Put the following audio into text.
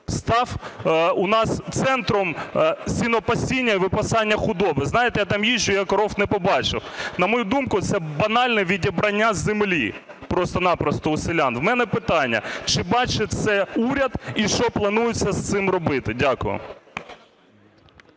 став у нас центром сінопасіння і випасання худоби? Знаєте, я там їжджу, я корів не побачив. На мою думку, це банальне відібрання землі просто-напросто у селян. В мене питання: чи бачить це уряд і що планується з цим робити? Дякую.